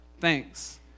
Thanks